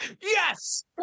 Yes